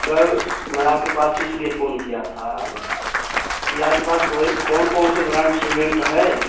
sir मैंने आपके पास इसलिए फोन किया था कि आपके पास कोई कौन कौन से ब्रांड सिमेन्ट है